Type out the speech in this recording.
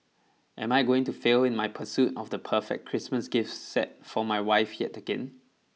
am I going to fail in my pursuit of the perfect Christmas gift set for my wife yet again